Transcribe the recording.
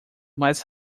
mais